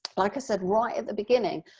like i said right at the beginning,